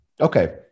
Okay